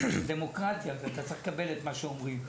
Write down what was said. זאת דמוקרטיה, ואתה צריך לקבל את מה שאומרים.